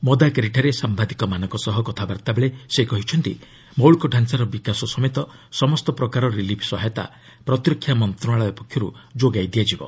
ମଦାକେରିଠାରେ ସାମ୍ବାଦିକମାନଙ୍କ ସହ କଥାବାର୍ତ୍ତାବେଳେ ସେ କହିଛନ୍ତି ମୌଳିକଢାଞାର ବିକାଶ ସମେତ ସମସ୍ତ ପ୍ରକାର ରିଲିଫ୍ ସହାୟତା ପ୍ରତିରକ୍ଷା ମନ୍ତ୍ରଣାଳୟ ପକ୍ଷରୁ ଯୋଗାଇ ଦିଆଯିବ